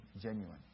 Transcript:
genuine